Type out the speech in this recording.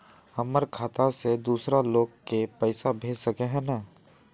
हमर खाता से दूसरा लोग के पैसा भेज सके है ने?